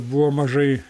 buvo mažai